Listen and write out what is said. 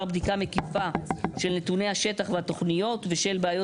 בדיקה מקיפה של נתוני השטח והתוכניות ובשל בעיות